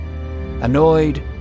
Annoyed